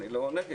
אני לא נגד,